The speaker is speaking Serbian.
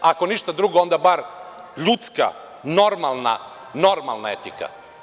Ako ništa drugo, onda bar, ljudska, normalna, normalna etika.